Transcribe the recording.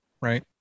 right